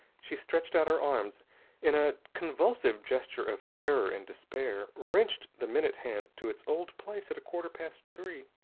she stretched out her arms in a convulsive gesture of terror and despair, wrenched the minute hand to its old place at a quarter past three,